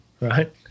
right